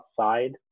outside